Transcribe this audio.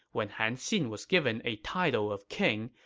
when han xin was given a title of king,